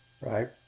right